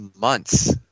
months